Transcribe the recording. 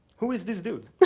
who is this dude?